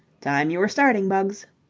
time you were starting, bugs.